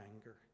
anger